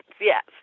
Yes